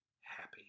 happy